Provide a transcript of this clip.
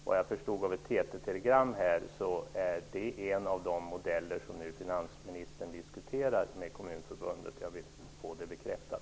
Vad jag förstod av ett TT-telegram är det en av de modeller som finansministern diskuterat med Kommunförbundet. Jag vill få det bekräftat.